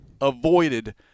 avoided